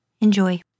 Enjoy